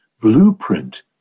blueprint